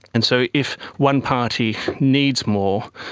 and so if one party needs more,